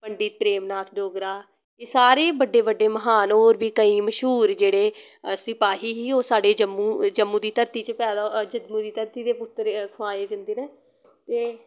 पंडित प्रेम नाथ डोगरा एह् सारे बड्डे बड्डे महान होर बी कईं मश्हूर जेह्ड़े सिपाही ही ओह् साढ़े जम्मू जम्मू दी धरती च पैदा जम्मू दी धरती दे पुत्तर खोआए जंदे नै ते